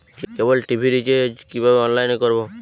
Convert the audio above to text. কেবল TV recharge online এ কিভাবে করব?